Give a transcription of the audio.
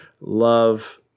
love